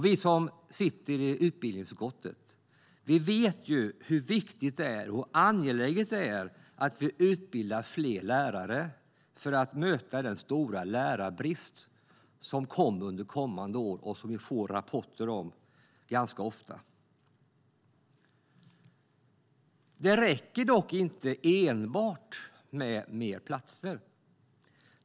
Vi som sitter i utbildningsutskottet vet hur viktigt och angeläget det är att vi utbildar fler lärare för att möta den stora lärarbrist som kommer under kommande år och som vi får rapporter om ganska ofta. Det räcker dock inte enbart med fler platser.